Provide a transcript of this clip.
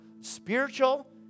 spiritual